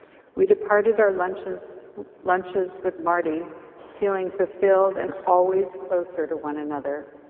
we departed our lunches lunches with marty feeling fulfilled and always closer to one another.